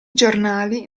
giornali